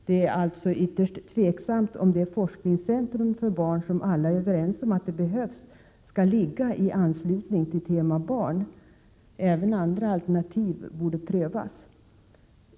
Det är alltså ytterst tveksamt om det forskningscentrum för barn som alla är överens om behövs skall finnas i anslutning till ”tema Barn”. Även andra alternativ borde prövas.